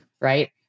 Right